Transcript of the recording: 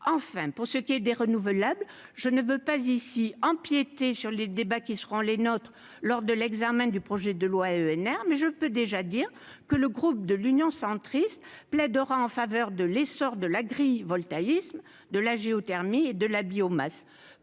enfin pour ce qui est des renouvelables, je ne veux pas ici empiéter sur les débats qui seront les nôtres lors de l'examen du projet de loi ENR, mais je peux déjà dire que le groupe de l'Union centriste, plaidera en faveur de l'essor de l'agrivoltaïsme de la géothermie et de la biomasse,